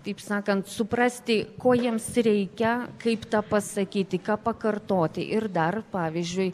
taip sakant suprasti ko jiems reikia kaip tą pasakyti ką pakartoti ir dar pavyzdžiui